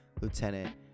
lieutenant